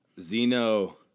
Zeno